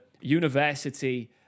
university